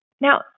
Now